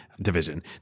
division